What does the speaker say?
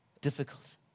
difficult